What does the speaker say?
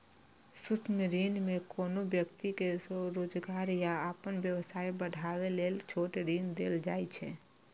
सूक्ष्म ऋण मे कोनो व्यक्ति कें स्वरोजगार या अपन व्यवसाय बढ़ाबै लेल छोट ऋण देल जाइ छै